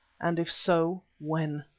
and if so, when.